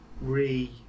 re